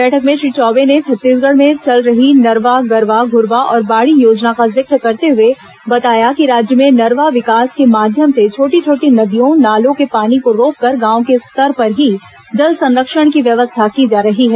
बैठक में श्री चौबे ने छत्तीसगढ़ में चल रही नरवा गरवा घूरवा और बाड़ी योजना का जिक्र करते हुए बताया कि राज्य में नरवा विकास के माध्यम से छोटी र्छोटी नदियों नालों के पानी को रोककर गांव के स्तर पर ही जलसंरक्षण की व्यवस्था की जा रही हैं